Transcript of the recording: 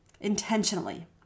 intentionally